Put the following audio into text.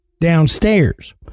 downstairs